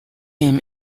him